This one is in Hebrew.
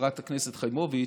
חברת הכנסת חיימוביץ',